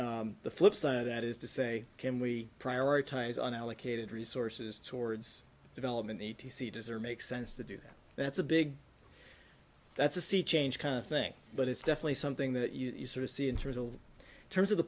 the flipside of that is to say can we prioritize and allocated resources towards development e t c does or makes sense to do that that's a big that's a sea change kind of thing but it's definitely something that you sort of see in terms of terms of the